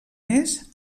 més